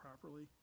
properly